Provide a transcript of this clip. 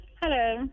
Hello